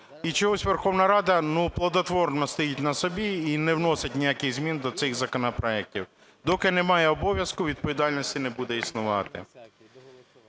І чогось Верховна Рада, ну, плодотворно стоїть на собі і не вносить ніяких змін до цих законопроектів. Доки немає обов'язку, відповідальності не буде існувати.